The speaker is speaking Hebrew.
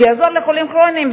שתעזור לחולים כרוניים,